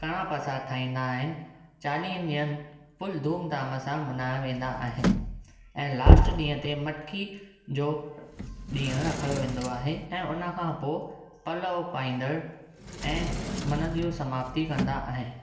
कड़ांह प्रसाद ठाहींदा आहिनि चालीह ॾींहंनि फुल धूम धाम सां मनाया वेंदा आहिनि ऐं लास्ट ॾींहं ते मटकी जो ॾींहं रखियो वेंदो आहे ऐं हुनखां पोइ पलव पाईंदड़ ऐं मन जी समाप्ति कंदा आहिनि